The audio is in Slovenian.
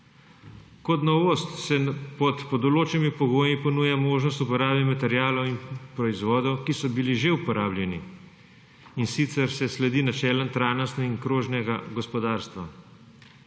Kot novost se pod določenimi pogoji ponuja možnost uporabe materialov in proizvodov, ki so bili že uporabljeni, in sicer se sledi načelom trajnostnega in krožnega gospodarstva.